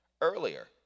earlier